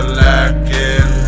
lacking